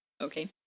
Okay